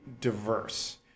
diverse